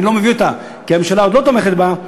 אני לא מביא אותה כי הממשלה עוד לא תומכת בה,